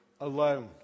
alone